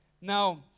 Now